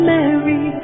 Mary